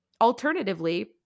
alternatively